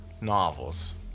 novels